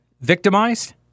victimized